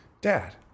Dad